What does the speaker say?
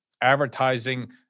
advertising